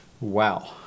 Wow